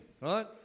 right